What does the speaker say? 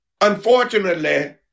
Unfortunately